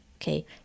okay